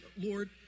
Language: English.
Lord